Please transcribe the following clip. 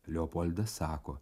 leopoldas sako